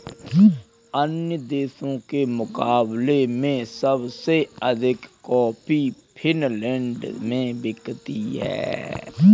अन्य देशों के मुकाबले में सबसे अधिक कॉफी फिनलैंड में बिकती है